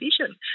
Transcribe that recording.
vision